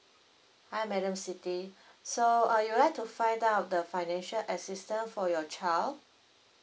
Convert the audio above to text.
hi madam siti so uh you'd like to find out the financial assistance for your child